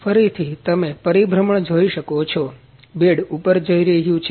ફરીથી તમે પરિભ્રમણ જોઈ શકો છો બેડ ઉપર જઈ રહ્યું છે